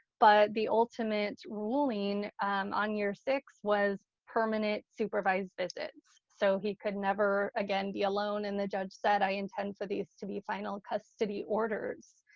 but the ultimate ruling on year six was permanent supervised visits. so he could never again be alone. and the judge said, i intend for these to be final custody orders,